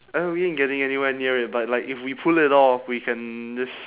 uh we ain't getting anywhere near it but like if we pull it off we can just